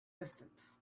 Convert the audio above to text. distance